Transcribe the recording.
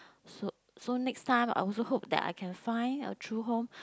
so so next time I also hope that I can find a true home